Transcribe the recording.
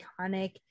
iconic